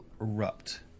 erupt